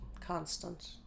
constant